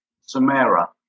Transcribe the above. Samara